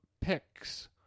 picks